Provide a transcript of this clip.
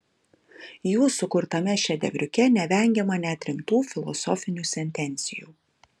jų sukurtame šedevriuke nevengiama net rimtų filosofinių sentencijų